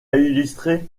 illustré